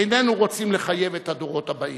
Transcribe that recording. איננו רוצים לחייב את הדורות הבאים.